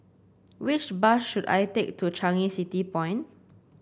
which bus should I take to Changi City Point